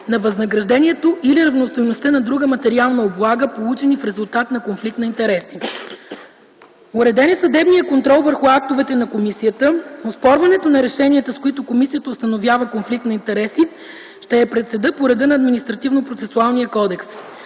на възнаграждението или равностойността на друга материална облага, получени в резултат на конфликт на интереси. Уреден е съдебният контрол върху актовете на комисията. Оспорването на решенията, с които комисията установява конфликт на интереси, ще е пред съда по реда на Административнопроцесуалния кодекс.